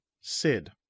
Sid